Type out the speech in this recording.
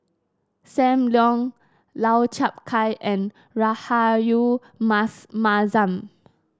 Sam Leong Lau Chiap Khai and Rahayu Mas Mahzam